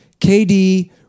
KD